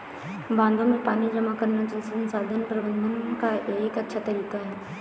बांधों में पानी जमा करना जल संसाधन प्रबंधन का एक अच्छा तरीका है